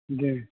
जी